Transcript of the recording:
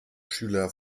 schüler